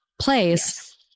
place